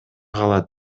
калат